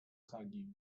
hagi